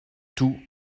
tout